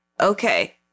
Okay